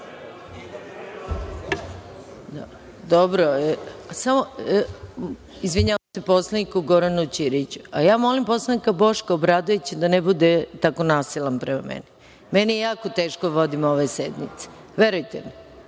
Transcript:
repliku!?)Izvinjavam se poslaniku Goranu Ćiriću. Molim poslanika Boška Obradovića da ne bude tako nasilan prema meni. Meni je jako teško da vodim ove sednice, verujte mi.